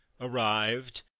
arrived